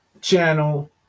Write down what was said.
channel